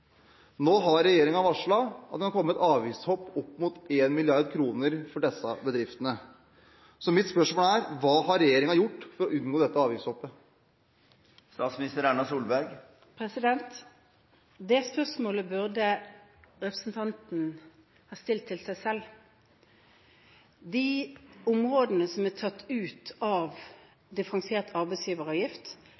Nå har regjeringen varslet at det kan komme et avgiftshopp opp mot 1 mrd. kr for disse bedriftene. Mitt spørsmål er: Hva har regjeringen gjort for å unngå dette avgiftshoppet? Det spørsmålet burde representanten ha stilt til seg selv. De områdene som er tatt ut av